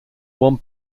one